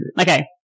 Okay